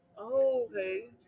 Okay